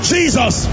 Jesus